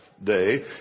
Day